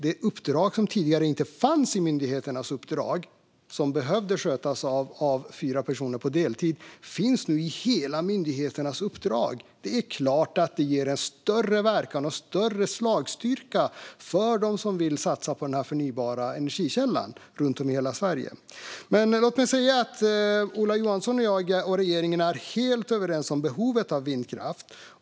Det uppdrag som tidigare inte fanns i myndigheternas uppdrag och som behövde skötas av fyra personer på deltid finns nu i alla myndigheters uppdrag. Det får självklart en större verkan och ger större slagstyrka för dem som vill satsa på den här förnybara energikällan runt om i hela Sverige. Ola Johansson, jag och regeringen är helt överens om behovet av vindkraft.